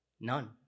None